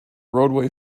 roadway